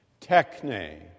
techne